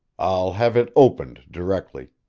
i'll have it opened directly.